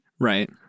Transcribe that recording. Right